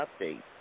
update